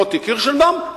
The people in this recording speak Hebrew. מוטי קירשנבאום,